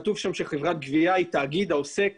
כתוב שם שחברת גבייה היא תאגיד העוסק